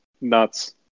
nuts